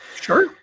sure